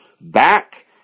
back